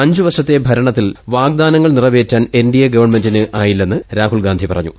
അഞ്ച് വർഷത്തെ ഭരണത്തിൽ വാഗ്ദാനങ്ങൾ നിറവേറ്റാൻ എൻ ഡി എ ഗവൺമെന്റിന് ആയില്ലെന്ന് രാഹുൽഗാന്ധി പറഞ്ഞു